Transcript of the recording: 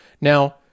Now